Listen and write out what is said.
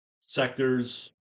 sectors